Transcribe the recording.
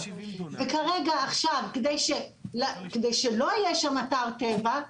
וכרגע עכשיו כדי שלא יהיה שם אתר טבע,